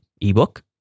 ebook